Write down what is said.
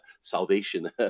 salvation